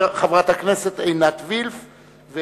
חברת הכנסת עינת וילף,